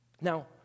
Now